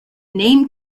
name